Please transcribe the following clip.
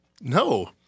No